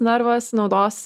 narvas naudos